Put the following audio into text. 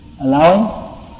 allowing